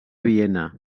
viena